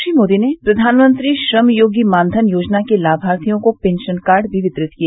श्री मोदी ने प्रधानमंत्री श्रमयोगीमानधन योजना के लाभार्थियों को पेंशन कार्ड भी वितरित किए